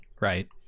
right